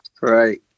right